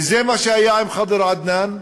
וזה מה שהיה עם ח'דר עדנאן,